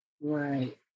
Right